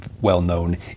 well-known